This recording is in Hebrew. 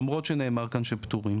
למרות שנאמר כאן שפטורים,